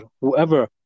whoever